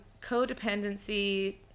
codependency